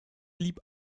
blieb